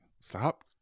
Stop